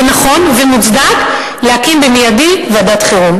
ונכון ומוצדק להקים מייד ועדת חירום.